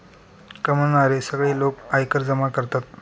कमावणारे सगळे लोक आयकर जमा करतात